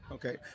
Okay